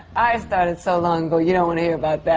i started so long ago, you don't want to hear about